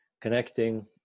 connecting